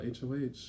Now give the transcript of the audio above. HOH